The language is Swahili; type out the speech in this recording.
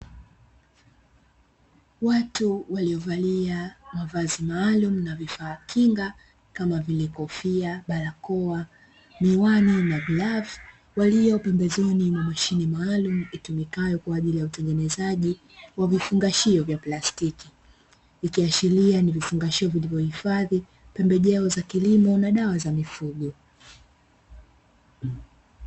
Watu waliovalia mavazi maalumu na vifaa kinga kama vile kofia, barakoa, miwani na glavu walio pembezoni mwa mashine maalumu itumiayo kwaajili ya utengenezaji wa vifungashio vya plastiki, ikiashiria ni vifungashio vilivyohifadhi pembejeo za kilimo na dawa za mifugo.